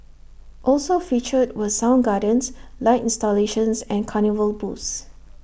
also featured were sound gardens light installations and carnival booths